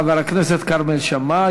חבר הכנסת כרמל שאמה,